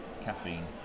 Caffeine